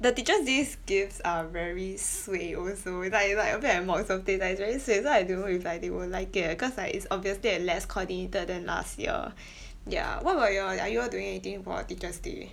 the teacher's day gifts are very cui also like like a bit like Mott's birthday like it's very cui so I don't know if like they will like it eh cause like it's obviously a less coordinated than last year ya what about y'all are you all doing anything for teacher's day